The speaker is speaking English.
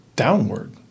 Downward